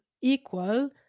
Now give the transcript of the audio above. equal